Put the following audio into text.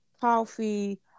coffee